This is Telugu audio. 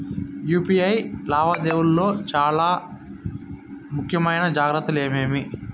యు.పి.ఐ లావాదేవీల లో చానా ముఖ్యమైన జాగ్రత్తలు ఏమేమి?